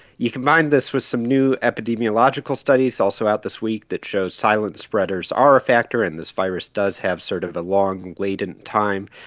you combine this with some new epidemiological studies, also out this week, that showed silent spreaders are a factor, and this virus does have sort of a long latent time.